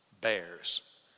bears